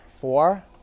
Four